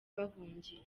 bahungiye